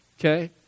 okay